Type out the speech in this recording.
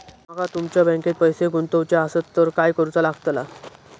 माका तुमच्या बँकेत पैसे गुंतवूचे आसत तर काय कारुचा लगतला?